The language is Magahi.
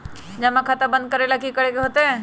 जमा खाता बंद करे ला की करे के होएत?